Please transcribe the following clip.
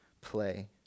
play